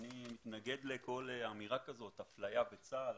ואני מתנגד לכל אמירה כזאת כשאומרים אפליה בצה"ל.